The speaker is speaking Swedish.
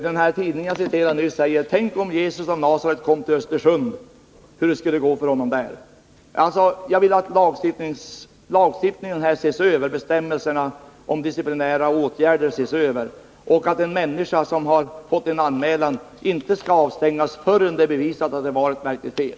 Den tidning, som jag citerade nyss, frågar: ”Hur skulle det gå för Jesus av Nasaret, om han hade levat i dagens Sverige?” Jag vill att lagstiftningens bestämmelser om disciplinära åtgärder ses över och att en människa som blir anmäld inte skall avstängas förrän det är bevisat att hon begått ett verkligt fel.